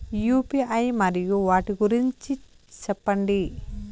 UPI మరియు వాటి గురించి సెప్పండి?